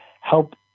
help